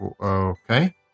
Okay